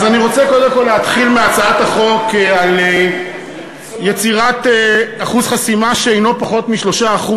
אני רוצה להתחיל מהצעת החוק על יצירת אחוז חסימה שאינו פחות מ-3%,